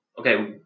Okay